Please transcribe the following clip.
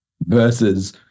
versus